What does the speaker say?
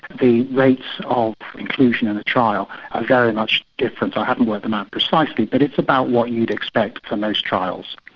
the rates of inclusion in the trial are very much different. i haven't worked them out precisely, but it's about what you'd expect for most trials.